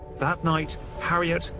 that night harriot,